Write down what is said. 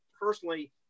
personally